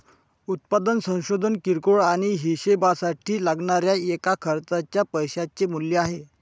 उत्पादन संशोधन किरकोळ आणि हीशेबासाठी लागणाऱ्या एका खर्चाच्या पैशाचे मूल्य आहे